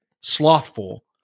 slothful